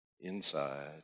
inside